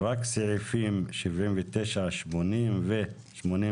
רק סעיפים 79-80 ו-81